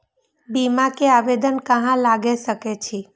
बीमा के आवेदन कहाँ लगा सके छी?